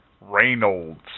Reynolds